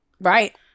right